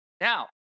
Now